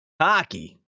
Hockey